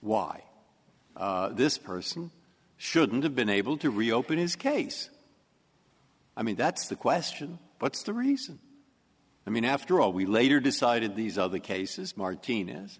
why this person shouldn't have been able to reopen his case i mean that's the question but the reason i mean after all we later decided these other cases martin